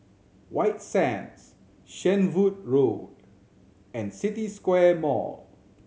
White Sands Shenvood Road and City Square Mall